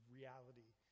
reality